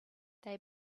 they